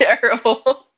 terrible